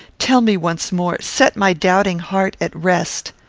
tell me once more set my doubting heart at rest.